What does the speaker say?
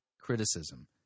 criticism